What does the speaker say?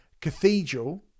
Cathedral